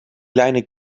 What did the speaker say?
kleine